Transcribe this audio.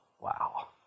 Wow